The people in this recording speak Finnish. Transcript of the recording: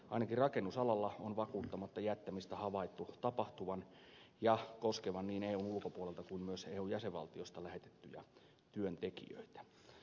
ainakin rakennusalalla on vakuuttamatta jättämistä havaittu tapahtuvan ja tämän koskevan niin eun ulkopuolelta kuin myös eun jäsenvaltioista lähetettyjä työntekijöitä